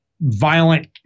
violent